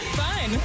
fun